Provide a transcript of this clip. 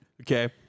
Okay